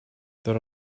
there